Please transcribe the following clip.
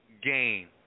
game